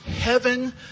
heaven